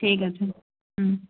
ঠিক আছে হুম